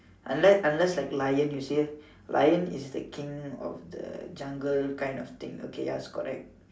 unless unless like lion you see lion is the King of the jungle kind of thing okay ya is correct